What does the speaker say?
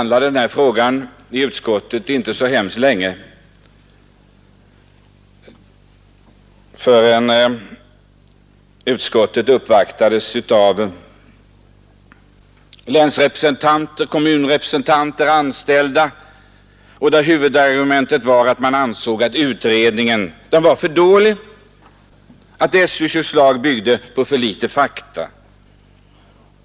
Det dröjde inte så länge förrän utskottet uppvaktades av länsrepresentanter, kommunrepresentanter och anställda när vi tog oss an denna fråga. Som huvudargument anförde man att utredningen var för bristfällig, att SJ:s förslag byggde för litet på fakta.